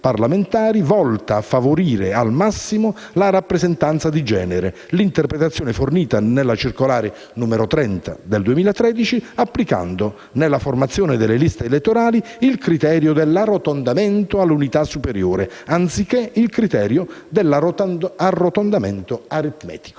volta a favorire al massimo la rappresentanza di genere, l'interpretazione fornita nella circolare n.30/2013, applicando nella formazione delle liste elettorali il criterio dell'arrotondamento all'unità superiore, anziché il criterio dell'arrotondamento aritmetico";